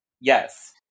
yes